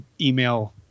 email